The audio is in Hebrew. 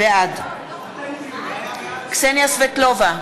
בעד קסניה סבטלובה,